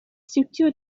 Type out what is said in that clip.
siwtio